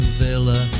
villa